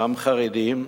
גם חרדים,